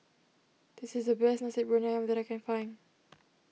this is the best Nasi Briyani Ayam that I can find